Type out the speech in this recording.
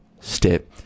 step